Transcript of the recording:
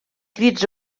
crits